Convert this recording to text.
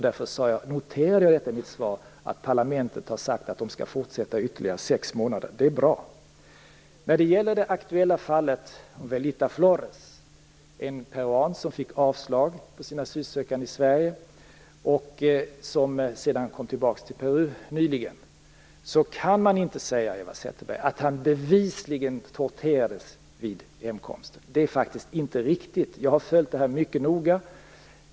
Därför noterade jag i mitt svar att parlamentet har sagt att man skall fortsätta ytterligare sex månader. Det är bra. När det gäller det aktuella fallet Velita Flores, en peruan som fick avslag på sin asylansökan i Sverige och som nyligen kom tillbaka till Peru, kan man inte, Eva Zetterberg, säga att han bevisligen torterades vid hemkomsten. Det är faktiskt inte riktigt. Jag har följt det här mycket noga.